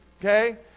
okay